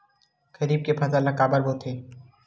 खरीफ के फसल ला काबर बोथे?